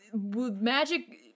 magic